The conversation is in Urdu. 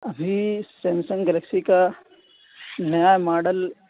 ابھی سیمسنگ گلیکسی کا نیا ماڈل